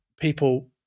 people